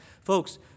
Folks